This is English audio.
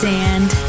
Sand